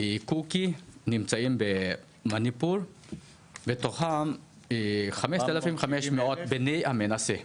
אנשים שנמצאים במניפור, מתוכם 5,500 בני המנשה.